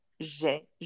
j'ai